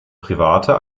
private